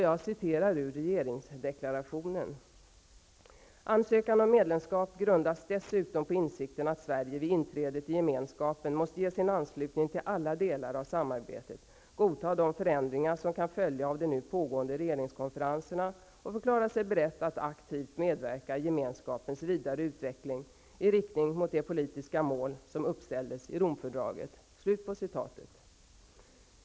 Jag citerar ur regeringsdeklarationen där det står så här: ''Ansökan om medlemskap grundas dessutom på insikten att Sverige vid inträdet i Gemenskapen måste ge sin anslutning till alla delar av samarbetet, godta de förändringar som kan följa av de nu pågående regeringskonferenserna och förklara sig berett att aktivt medverka i Gemenskapens vidare utveckling i riktning mot de politiska mål som uppställdes i Romfördraget.''